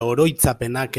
oroitzapenak